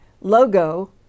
logo